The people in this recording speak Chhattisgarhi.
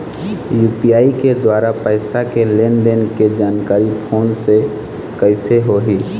यू.पी.आई के द्वारा पैसा के लेन देन के जानकारी फोन से कइसे होही?